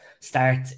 start